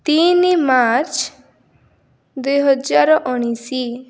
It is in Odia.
ତିନି ମାର୍ଚ୍ଚ ଦୁଇ ହଜାର ଉଣେଇଶ